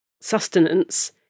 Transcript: sustenance